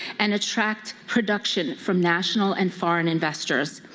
and attract production from national and foreign investors.